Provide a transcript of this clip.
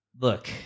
Look